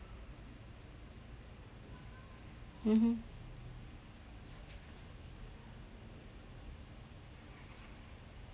mmhmm